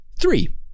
three